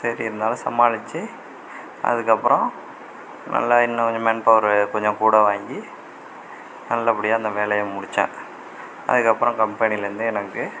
சரி இருந்தாலும் சமாளித்து அதுக்கப்புறம் நல்லா இன்னும் மேன் பவர் கொஞ்சம் கூட வாங்கி நல்ல படியாக அந்த வேலையை முடித்தேன் அதுக்கப்புறம் கம்பெனிலேந்து எனக்கு